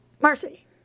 Marcy